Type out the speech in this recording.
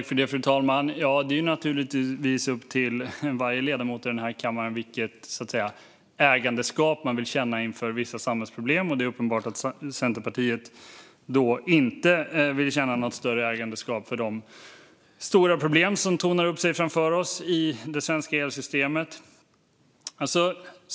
Fru talman! Det är naturligtvis upp till varje ledamot i den här kammaren vilket ägarskap man vill känna för vissa samhällsproblem. Det är uppenbart att Centerpartiet inte vill känna något större ägarskap för de stora problem som tornar upp sig framför oss i det svenska elsystemet.